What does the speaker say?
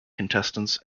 contestants